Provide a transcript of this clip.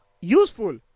useful